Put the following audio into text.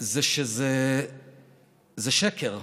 היא שזה שקר.